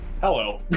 Hello